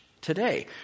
today